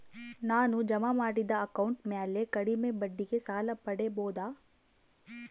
ನಾನು ಜಮಾ ಮಾಡಿದ ಅಕೌಂಟ್ ಮ್ಯಾಲೆ ಕಡಿಮೆ ಬಡ್ಡಿಗೆ ಸಾಲ ಪಡೇಬೋದಾ?